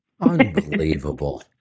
Unbelievable